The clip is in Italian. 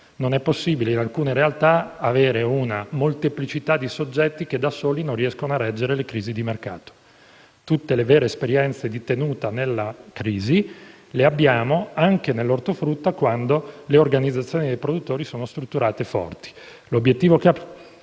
Non è possibile, in alcune realtà, avere una molteplicità di soggetti che da soli non riescono a reggere le crisi di mercato. Tutte le vere esperienze di tenuta nella crisi le abbiamo anche nel settore dell'ortofrutta, quando le organizzazioni dei produttori sono strutturate in